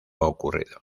ocurrido